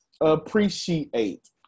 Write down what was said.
Appreciate